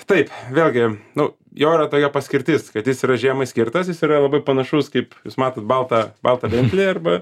taip vėlgi nu jo yra tokia paskirtis kad jis yra žiemai skirtas jis yra labai panašus kaip jūs matot baltą baltą bentlį arba